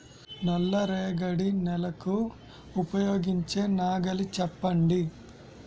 నల్ల రేగడి నెలకు ఉపయోగించే నాగలి చెప్పండి?